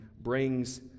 brings